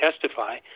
testify